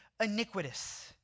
iniquitous